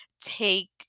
take